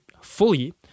fully